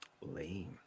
Lame